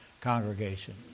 congregation